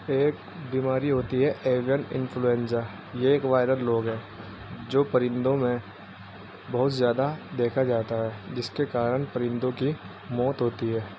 ایک بیماری ہوتی ہے ایوئن انفلوئزہ یہ ایک وائرل روگ ہے جو پرندوں میں بہت زیادہ دیکھا جاتا ہے جس کے کارن پرندوں کی موت ہوتی ہے